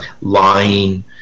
lying